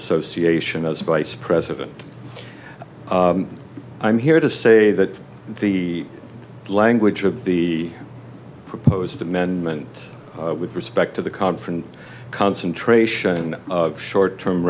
association as vice president i'm here to say that the language of the proposed amendment with respect to the conference concentration and short term